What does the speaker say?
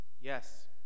yes